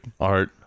art